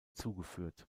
zugeführt